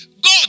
God